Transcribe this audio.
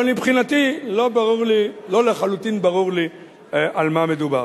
אבל מבחינתי, לא לחלוטין ברור לי על מה מדובר.